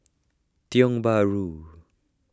Tiong Bahru